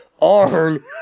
Arn